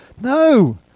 No